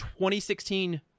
2016